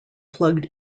plugged